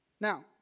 Now